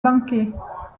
banquets